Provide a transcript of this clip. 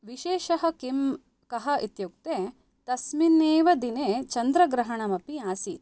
विशेषः किं कः इत्युक्ते तस्मिन्नेव दिने चन्द्रग्रहणमपि आसीत्